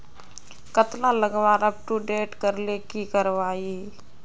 कतला लगवार अपटूडेट करले की करवा ई?